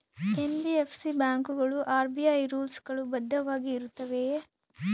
NBFC ಬ್ಯಾಂಕುಗಳು RBI rules ಗಳು ಬದ್ಧವಾಗಿ ಇರುತ್ತವೆಯ?